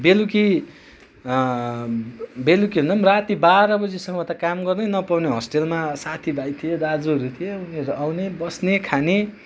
बेलुकी बेलुकी भन्दा पनि राति बाह्र बजीसम्म त काम गर्नै नपाउने हस्टेलमा साथीभाइ थिए दाजुहरू थिए उनीहरू आउने बस्ने खाने